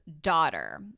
daughter